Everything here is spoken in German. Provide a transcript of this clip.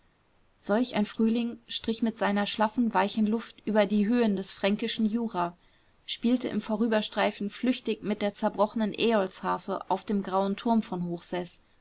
solch ein frühling strich mit seiner schlaffen weichen luft über die höhen des fränkischen jura spielte im vorüberstreifen flüchtig mit der zerbrochenen äolsharfe auf dem grauen turm von